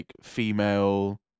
female